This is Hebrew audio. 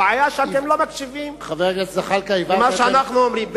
הבעיה היא שאתם לא מקשיבים למה שאנחנו אומרים.